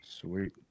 Sweet